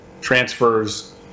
transfers